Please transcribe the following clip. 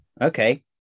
okay